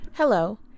Hello